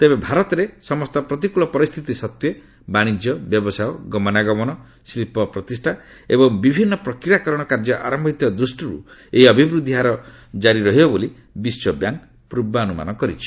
ତେବେ ଭାରତରେ ସମସ୍ତ ପ୍ରତିକୃଳ ପରିସ୍ଥିତି ସତ୍ତ୍ୱେ ବାଣିଜ୍ୟ ବ୍ୟବସାୟ ଗମନାଗମନ ଶିଳ୍ପ ପ୍ରତିଷ୍ଠା ଏବଂ ବିଭିନ୍ନ ପ୍ରକ୍ରିୟାକରଣ କାର୍ଯ୍ୟ ଆରମ୍ଭ ହୋଇଥିବା ଦୃଷ୍ଟିରୁ ଏହି ଅଭିବୃଦ୍ଧି କାରି ରହିବ ବୋଲି ବିଶ୍ୱବ୍ୟାଙ୍କ୍ ପର୍ବାନ୍ତମାନ କରିଛି